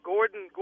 Gordon